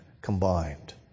combined